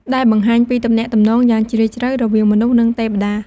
ដែលបង្ហាញពីទំនាក់ទំនងយ៉ាងជ្រាលជ្រៅរវាងមនុស្ស និងទេវតា។